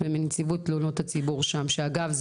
ומנציבות תלונות הציבור שאגב,